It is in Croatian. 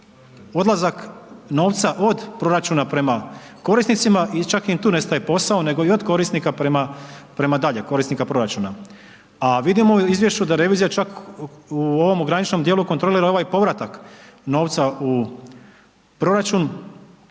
odlazak novca od proračuna prema korisnicima i čak ni tu ne staje posao, nego i od korisnika prema, prema dalje korisnika proračuna. A vidimo u izvješću da revizija čak u ovom ograničenom dijelu kontrolira i ovaj povratak novca u proračun,